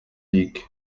lick